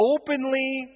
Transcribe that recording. openly